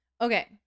Okay